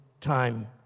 time